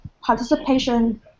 participation